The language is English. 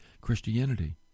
Christianity